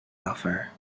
offer